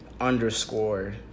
underscore